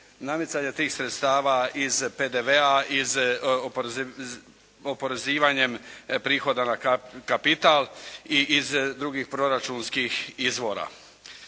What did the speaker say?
namicanje tih sredstava iz PDV-a, iz oporezivanjem prihoda na kapital i iz drugih proračunskih izvora